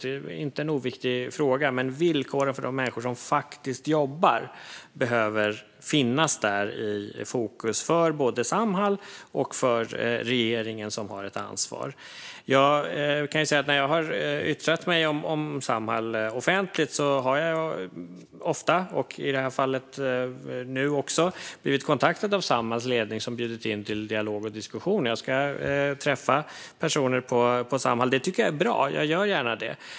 Det är inte en oviktig fråga, men villkoren för de människor som jobbar behöver finnas i fokus både för Samhall och för regeringen, som har ett ansvar. När jag har yttrat mig om Samhall offentligt har jag ofta, också nu i det här fallet, blivit kontaktad av Samhalls ledning, som bjudit in till dialog och diskussion. Jag ska träffa personer på Samhall, och det tycker jag är bra. Jag gör gärna det.